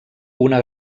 una